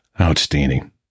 Outstanding